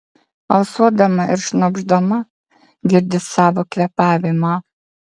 alsuodama ir šnopšdama girdi savo kvėpavimą